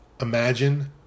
Imagine